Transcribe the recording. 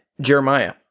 Jeremiah